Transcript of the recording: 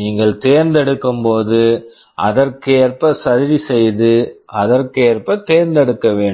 நீங்கள் தேர்ந்தெடுக்கும்போது அதற்கேற்ப சரிசெய்து அதற்கேற்ப தேர்ந்தெடுக்க வேண்டும்